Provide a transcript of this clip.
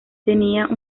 tenía